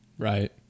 Right